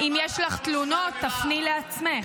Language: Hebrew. אם יש לך תלונות, תפני לעצמך.